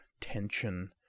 tension